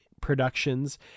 productions